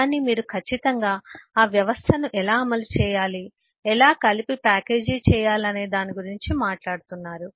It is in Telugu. కాని మీరు ఖచ్చితంగా ఆ వ్యవస్థను ఎలా అమలు చేయాలి ఎలా కలిసి ప్యాకేజీ చేయాలి అనే దాని గురించి మాట్లాడుతున్నారు